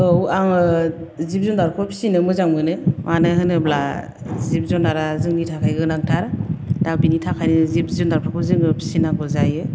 औ आङो जिब जुनारखौ फिसिनो मोजां मोनो मानो होनोब्ला जिब जुनारा जोंनि थाखाय गोनांथार दा बिनि थाखायनो जिब जुनारफोरखौ जोङो फिसिनांगौ जायो